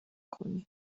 کنی